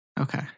okay